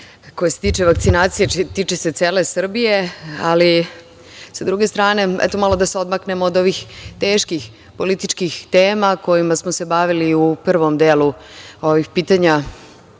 koje se tiče vakcinacije, a tiče se cele Srbije. S druge strane, eto malo da se odmaknemo od ovih teških političkih tema kojima smo se bavili u prvom delu ovih pitanja